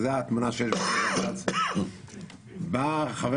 וזו התמונה שיש בפני בג"ץ בא חבר